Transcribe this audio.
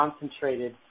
concentrated